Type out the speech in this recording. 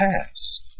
past